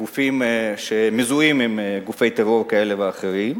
של גופים שמזוהים עם גופי טרור כאלה ואחרים,